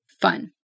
fun